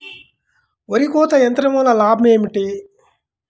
వరి కోత యంత్రం వలన లాభం ఏమిటి?